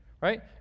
right